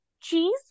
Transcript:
cheese